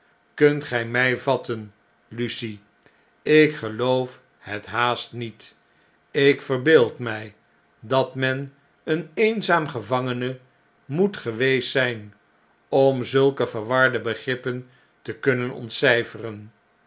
kunt ge my vatten lucie ik geloof het haast niet ik verbeeld mij dat men een eenzaam gevangene moet geweest zjjn om zulke verwarde begrippen te kunnen ontcjjferen